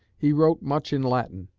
he wrote much in latin,